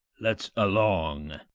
let's along.